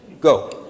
Go